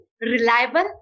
reliable